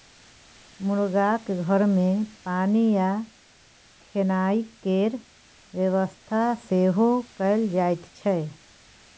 मुरगाक घर मे पानि आ खेनाइ केर बेबस्था सेहो कएल जाइत छै